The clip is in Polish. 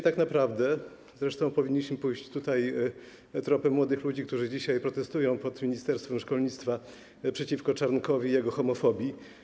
Tak naprawdę powinniśmy pójść tropem młodych ludzi, którzy dzisiaj protestują pod ministerstwem szkolnictwa przeciwko Czarnkowi i jego homofobii.